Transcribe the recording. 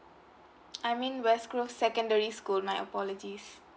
I mean west grove secondary school my apologies